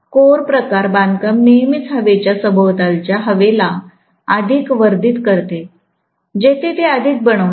core प्रकार बांधकाम नेहमीच हवेच्या सभोवतालच्या हवे ला अधिक वर्धित करते जिथे ते अधिक बनवते